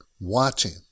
watching